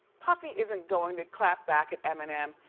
puffy isn't going to clap back at eminem.